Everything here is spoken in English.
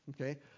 okay